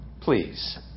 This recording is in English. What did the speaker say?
Please